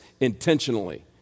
intentionally